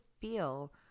feel